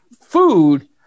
food